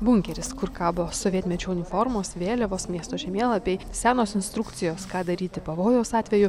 bunkeris kur kabo sovietmečio uniformos vėliavos miesto žemėlapiai senos instrukcijos ką daryti pavojaus atveju